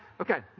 Okay